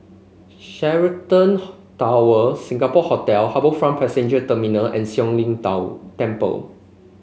Sheraton Tower Singapore Hotel HarbourFront Passenger Terminal and Siong Lim Temple